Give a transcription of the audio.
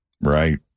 Right